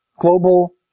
global